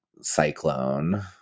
cyclone